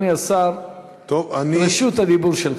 אדוני השר, רשות הדיבור שלך.